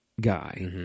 guy